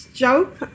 Joke